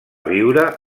viure